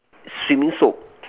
swimming soap